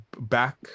back